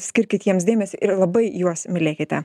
skirkit jiems dėmesį ir labai juos mylėkite